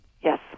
Yes